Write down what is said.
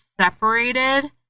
separated